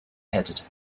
headed